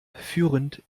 führend